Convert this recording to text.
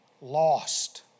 lost